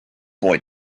boy